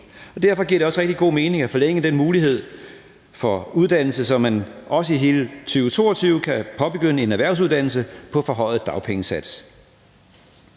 derfor giver det også rigtig god mening at forlænge den mulighed for uddannelse, så man også i hele 2022 kan påbegynde en erhvervsuddannelse på en forhøjet dagpengesats.